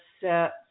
set